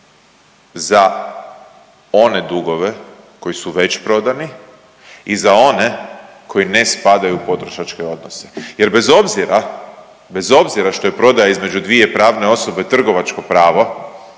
za one dugove koji su već prodani i za one koji ne spadaju u potrošačke odnose jer bez obzira, bez obzira što je prodaja između dvije pravne osobe trgovačko pravo